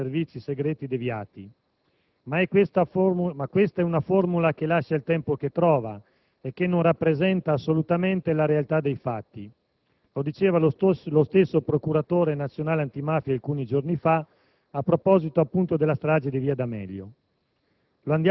si è spesso parlato di Servizi segreti deviati. Una delle ultime volte in cui ciò è successo risale alla settimana scorsa, quando, in relazione alle nuove indagini sulla strage di via D'Amelio a Palermo del 1992, è stata nuovamente utilizzata l'espressione «Servizi segreti deviati».